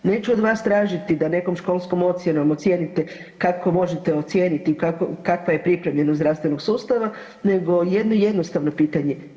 Neću od vas tražiti da nekom školskom ocjenom ocijenite kako možete ocijeniti kakva je pripremljenost zdravstvenog sustava, nego jedno jednostavno pitanje.